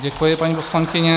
Děkuji, paní poslankyně.